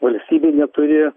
valstybė neturi